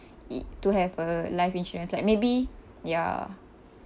it to have a life insurance like maybe ya